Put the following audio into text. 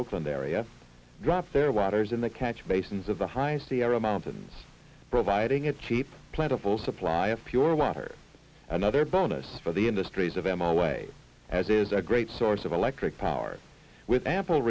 oakland area drop their waters in the catch basins of the high sierra mountains providing a cheap plentiful supply of pure water another bonus for the industries of m r way as is a great source of electric power with ample